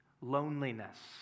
loneliness